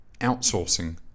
outsourcing